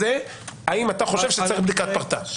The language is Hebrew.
האם אתה חושב שבמקרה כזה צריך בדיקת פרטה?